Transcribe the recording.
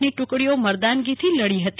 ની ટુકડીઓ મરદાનગીથી લડી હતી